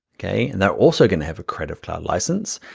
okay? and they're also gonna have a creative cloud license.